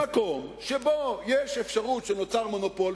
במקום שבו יש אפשרות שנוצר מונופול,